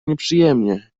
nieprzyjemnie